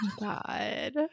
God